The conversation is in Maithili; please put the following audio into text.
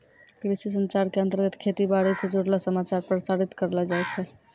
कृषि संचार के अंतर्गत खेती बाड़ी स जुड़लो समाचार प्रसारित करलो जाय छै